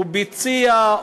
הוא ביצע,